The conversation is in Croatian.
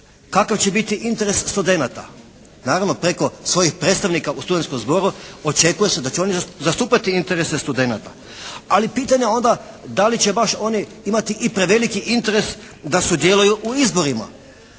kakav će biti interes studenata? Naravno preko svojih predstavnika u studentskom zboru očekuje se da će oni zastupati interese studenata. Ali pitanje je onda, da li će baš oni imati i preveliki interes da sudjeluju u izborima?